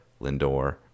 Lindor